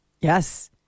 Yes